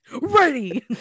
Ready